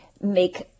make